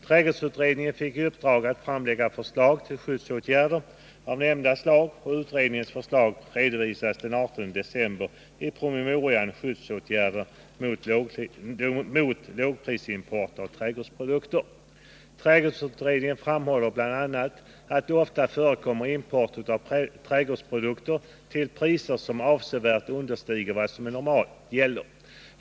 Trädgårdsutredningen fick i uppdrag att framlägga förslag till skyddsåtgärder av nämnda slag. Utredningens förslag redovisades den 18 december 1979 i promemorian Skyddsåtgärder mot lågprisimport av trädgårdsprodukter. Utredningen framhåller bl.a. att det ofta förekommer import av trädgårdsprodukter till priser som avsevärt understiger vad som normalt gäller.